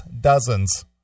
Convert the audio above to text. dozens